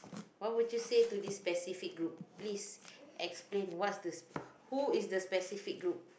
what would you say to this specific group please explain what's the who is the specific group